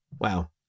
Wow